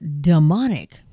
demonic